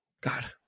God